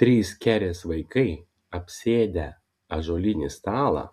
trys kerės vaikai apsėdę ąžuolinį stalą